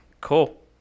Cool